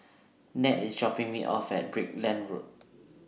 Nat IS dropping Me off At Brickland Road